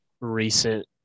recent